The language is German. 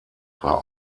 war